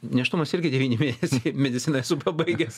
nėštumas irgi devyni mėnesiai mediciną esu pabaigęs